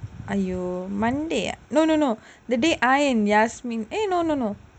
!aiyo! monday ah eh no no no the day I and yasmine eh no no no